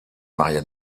maria